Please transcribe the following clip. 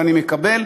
ואני מקבל,